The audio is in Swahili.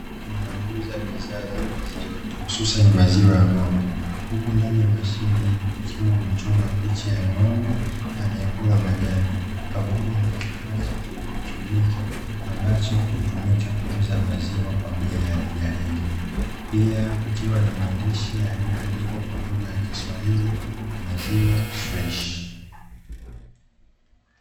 Duka linalouza bidhaa za maziwa hususa ni maziwa ya ng'ombe, huku ndani ya mashine hiyo kukiwa kumechorwa picha ya ng'ombe anayekula majani pamoja na kifaa cha kielektroniki ambacho hutumika kuuza maziwa kwa bei ya rejareja pia kukiwa na maandishi yaliyoandikwa kwa lugha ya kiswahili maziwa freshi.